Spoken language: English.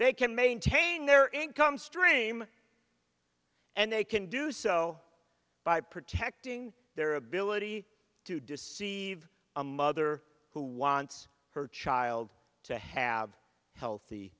they can maintain their income stream and they can do so by protecting their ability to deceive a mother who wants her child to have healthy